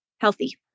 healthy